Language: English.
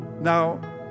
Now